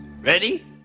Ready